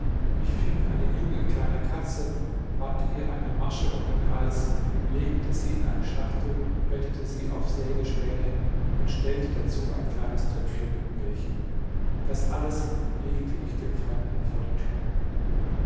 ich fing eine junge kleine katze band ihr eine masche um den hals legte sie in eine schachtel bettete sie auf sägespäne und stellte dazu ein kleines töpfchen mit milch das alles legte ich dem fremden vor die tür